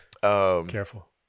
Careful